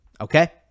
Okay